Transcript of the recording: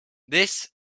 this